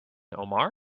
omar